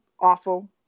awful